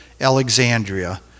Alexandria